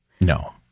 No